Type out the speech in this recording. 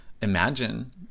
imagine